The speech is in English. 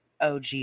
OG